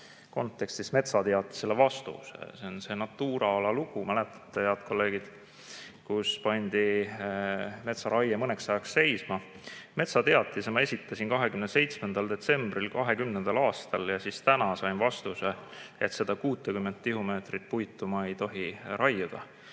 kontekstis metsateatisele vastuse. See on Natura ala lugu, mäletate, head kolleegid, kus pandi metsaraie mõneks ajaks seisma. Metsateatise ma esitasin 27. detsembril 2020. aastal ja täna sain vastuse, et seda 60 tihumeetrit puitu ma ei tohi raiuda.